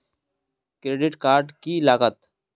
Credit card की लागत?